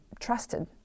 trusted